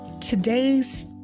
today's